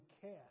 cast